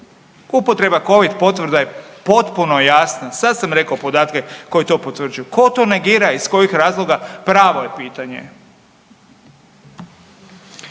Upotreba Covid potvrda je potpuno jasna sad sam rekao podatke koji to potvrđuju. Tko to negira, iz kojih razloga pravo je pitanje.